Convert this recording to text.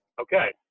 okay